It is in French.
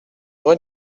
rue